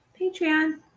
Patreon